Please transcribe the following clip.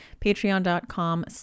patreon.com